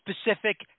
specific